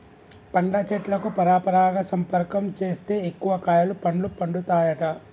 పండ్ల చెట్లకు పరపరాగ సంపర్కం చేస్తే ఎక్కువ కాయలు పండ్లు పండుతాయట